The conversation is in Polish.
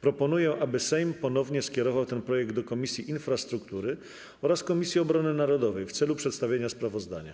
proponuję, aby Sejm ponownie skierował ten projekt do Komisji Infrastruktury oraz Komisji Obrony Narodowej w celu przedstawienia sprawozdania.